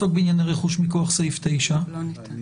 "אף לא בדרך של הסכמה בין הצדדים דרך סעיף 9". לחדד את הנושא.